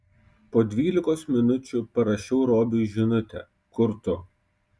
po dvylikos minučių parašau robiui žinutę kur tu